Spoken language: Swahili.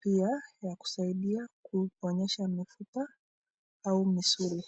pia ya kusaidia kuponyesha mifupa au misuli.